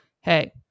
hey